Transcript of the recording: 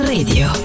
Radio